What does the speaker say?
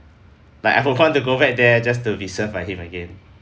like I would want to go back there just to be served by him again